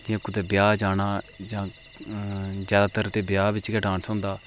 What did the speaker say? जि'यां कुतै ब्याह् जाना जैदातर ते ब्याह् बिच गै डांस होंदा